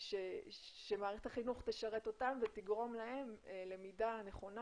שמערכת החינוך תשרת ותגרום להם ללמידה נכונה,